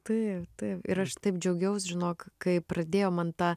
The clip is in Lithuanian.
taip taip ir aš taip džiaugiaus žinok kai pradėjo man ta